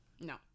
No